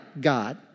God